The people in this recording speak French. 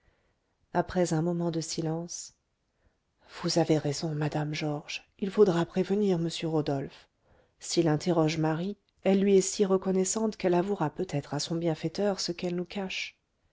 après un moment de silence vous avez raison madame georges il faudra prévenir m rodolphe s'il interroge marie elle lui est si reconnaissante qu'elle avouera peut-être à son bienfaiteur ce qu'elle nous cache